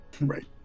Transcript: Right